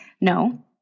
No